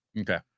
Okay